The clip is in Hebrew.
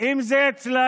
אם זה אצלם,